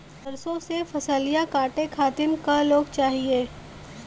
सरसो के फसलिया कांटे खातिन क लोग चाहिए?